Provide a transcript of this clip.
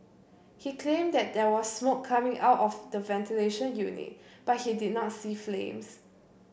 he claimed that there was smoke coming out of the ventilation unit but he did not see flames